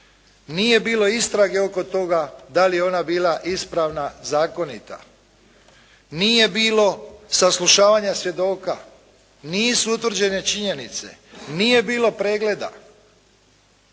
Nije bilo istrage oko toga da li je ona bila ispravna, zakonita? Nije bilo saslušavanja svjedoka. Nisu utvrđene činjenice. Nije bilo pregleda.